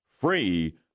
Free